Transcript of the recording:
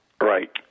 Right